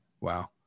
Wow